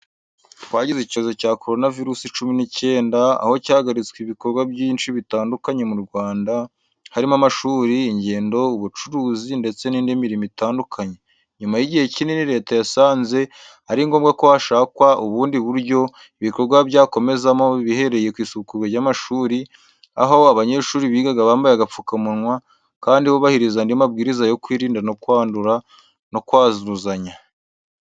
Twagize icyorezo cya Coronavirus cumi n’icyenda, aho cyahagaritse ibikorwa byinshi bitandukanye mu Rwanda, harimo amashuri, ingendo, ubucuruzi ndetse n’indi mirimo itandukanye. Nyuma y’igihe kinini, leta yasanze ari ngombwa ko hashakwa ubundi buryo ibikorwa byakomezamo, bihereye ku isubukurwa ry’amashuri, aho abanyeshuri bigaga bambaye agapfukamunwa kandi bubahiriza andi mabwiriza yo kwirinda kwandura no kwanduzanya.